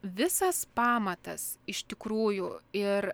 visas pamatas iš tikrųjų ir